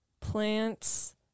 plants